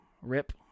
rip